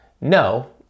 No